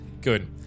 Good